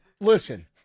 listen